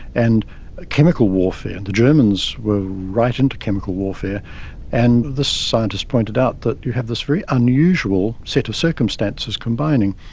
and ah chemical warfare. the germans were right into chemical warfare and this scientist pointed out that you have this very unusual set of circumstances combining.